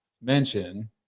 mention